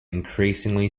increasingly